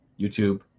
YouTube